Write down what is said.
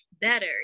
better